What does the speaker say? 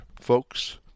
folks